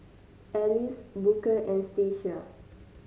Alyse Booker and Stacia